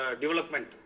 development